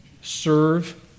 serve